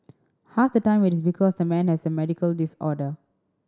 half the time it is because the man has a medical disorder